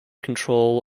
control